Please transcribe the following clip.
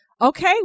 Okay